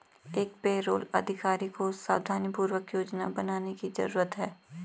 एक पेरोल अधिकारी को सावधानीपूर्वक योजना बनाने की जरूरत है